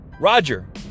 Roger